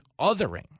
othering